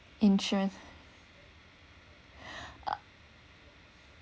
insurance